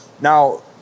Now